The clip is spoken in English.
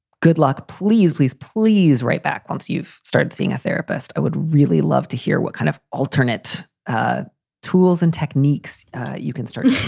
good luck. please, please, please write back once you've started seeing a therapist. i would really love to hear what kind of alternate ah tools and techniques you can start yeah